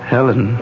Helen